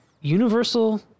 Universal